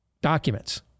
documents